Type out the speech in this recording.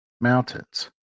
mountains